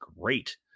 Great